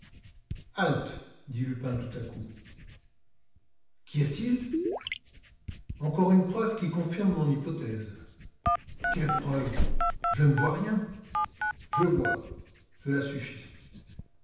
halte dit lupin tout à coup qu'y a-t-il encore une preuve qui confirme mon hypothèse quelle preuve je ne vois rien je vois cela suffit